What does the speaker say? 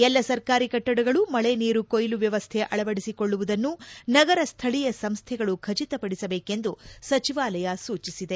ಎಲ್ಲ ಸರ್ಕಾರಿ ಕಟ್ಟಡಗಳು ಮಳೆ ನೀರು ಕೊಯ್ಲು ವ್ಯವಸ್ಥೆ ಅಳವಡಿಸಿಕೊಳ್ಳುವುದನ್ನು ನಗರ ಸ್ಥಳಿಯ ಸಂಸ್ಥೆಗಳು ಖಚಿತಪಡಿಸಬೇಕೆಂದು ಸಚವಾಲಯ ಸೂಚಿಸಿದೆ